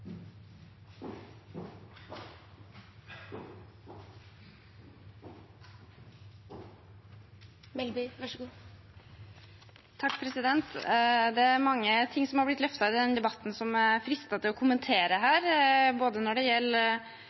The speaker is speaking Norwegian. mange ting som har blitt løftet i debatten, og som jeg er fristet til å kommentere, både når det